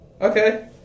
Okay